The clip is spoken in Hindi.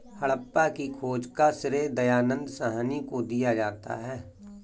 हड़प्पा की खोज का श्रेय दयानन्द साहनी को दिया जाता है